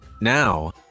Now